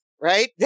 right